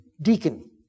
deacon